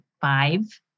five